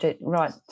right